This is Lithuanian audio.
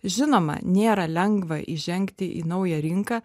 žinoma nėra lengva įžengti į naują rinką